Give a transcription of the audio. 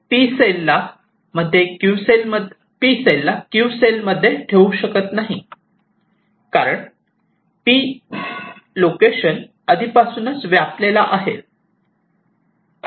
आपण 'p' सेलला 'q' cell मध्ये ठेवू शकत नाही कारण 'p' लोकेशन आधीपासून व्यापलेला आहे